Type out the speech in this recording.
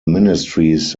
ministries